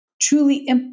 Truly